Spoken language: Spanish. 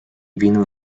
vino